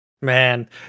Man